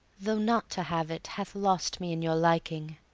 though not to have it hath lost me in your liking.